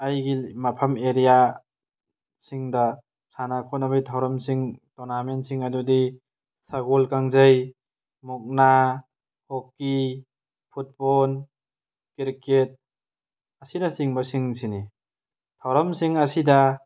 ꯑꯩꯒꯤ ꯃꯐꯝ ꯑꯦꯔꯤꯌꯥꯁꯤꯡꯗ ꯁꯥꯟꯅ ꯈꯣꯠꯅꯕꯩ ꯊꯧꯔꯝꯁꯤꯡ ꯇꯣꯔꯅꯥꯃꯦꯟꯁꯤꯡ ꯑꯗꯨꯗꯤ ꯁꯒꯣꯜ ꯀꯥꯡꯖꯩ ꯃꯨꯛꯅꯥ ꯍꯣꯛꯀꯤ ꯐꯨꯠꯕꯣꯟ ꯀ꯭ꯔꯤꯛꯀꯦꯠ ꯑꯁꯤꯅꯆꯤꯡꯕꯁꯤꯡꯁꯤꯅꯤ ꯊꯧꯔꯝꯁꯤꯡ ꯑꯁꯤꯗ